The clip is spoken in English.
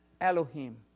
Elohim